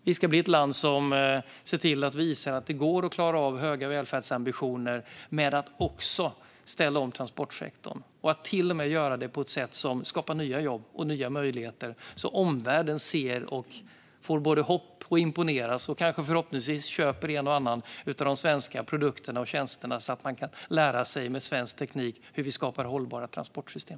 Vi ska bli ett land som ser till att visa att det går att klara av höga välfärdsambitioner och också ställa om transportsektorn och till och med göra det på ett sätt som skapar nya jobb och nya möjligheter, så att omvärlden ser, får hopp och imponeras och kanske förhoppningsvis köper en och annan av de svenska produkterna och tjänsterna för att med svensk teknik lära sig hur vi skapar hållbara transportsystem.